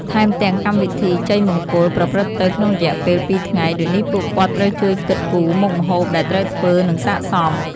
ថែមទាំងកម្មវិធីជ័យមង្គលប្រព្រឹត្តទៅក្នុងរយៈពេលពីរថ្ងៃ ដូចនេះពួកគាត់ត្រូវជួយគិតគូមុខម្ហូបដែលត្រូវធ្វើនិងសិក្កសម។